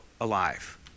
Alive